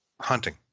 hunting